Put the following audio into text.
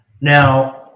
now